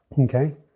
Okay